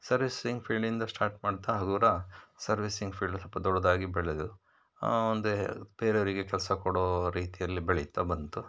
servicing ಫೀಲ್ಡಿಂದ start ಮಾಡ್ತಾ ಹಗುರ ಸರ್ವೀಸಿಂಗ್ ಫೀಲ್ಡ್ ಸ್ವಲ್ಪ ದೊಡ್ಡದಾಗಿ ಬೆಳೆದು ಒಂದೇ ಬೇರೆಯವರಿಗೆ ಕೆಲಸ ಕೊಡೋ ರೀತಿಯಲ್ಲಿ ಬೆಳೀತಾ ಬಂತು